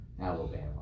Alabama